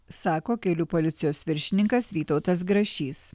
sako kelių policijos viršininkas vytautas grašys